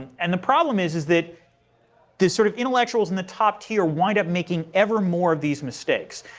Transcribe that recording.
and the problem is is that this sort of intellectuals in the top tier wind up making ever more of these mistakes.